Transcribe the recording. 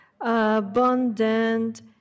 abundant